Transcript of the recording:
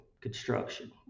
construction